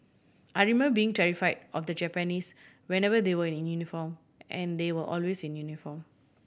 I remember being terrify of the Japanese whenever they were in uniform and they were always in uniform